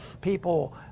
People